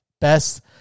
best